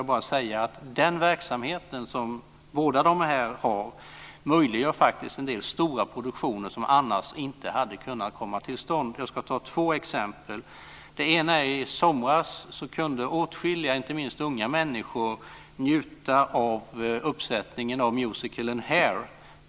Den verksamhet som Riksteatern och Riksutställningar har möjliggör en del stora produktioner som annars inte hade kunnat komma till stånd. Jag ska ta två exempel. I somras kunde åtskilliga, inte minst unga människor, njuta av uppsättningen av musikalen Hair.